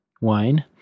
wine